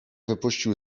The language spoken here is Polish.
wypuścił